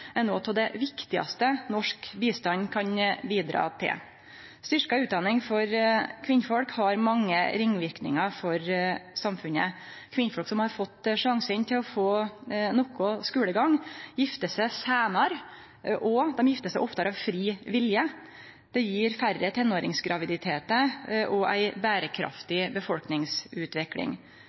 er noko av det viktigaste norsk bistand kan bidra til. Styrkt utdanning for kvinner har mange ringverknader for samfunnet. Kvinner som har fått sjansen til å få noko skulegang, giftar seg seinare, og dei giftar seg oftare av fri vilje. Det gjev færre tenåringsgraviditetar og ei berekraftig befolkningsutvikling.